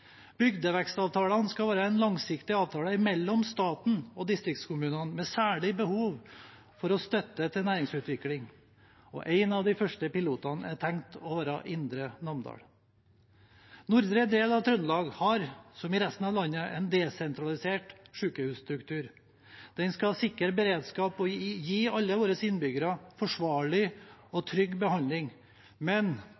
skal være langsiktige avtaler mellom staten og distriktskommunene med særlig behov for støtte til næringsutvikling. En av de første pilotene er tenkt å være Indre Namdal. Nordre del av Trøndelag har, som i resten av landet, en desentralisert sykehusstruktur. Den skal sikre beredskap og gi alle våre innbyggere forsvarlig og